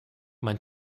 mein